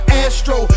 astro